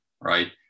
right